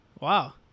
Wow